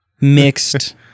mixed